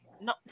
No